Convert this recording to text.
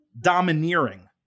domineering